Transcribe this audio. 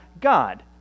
God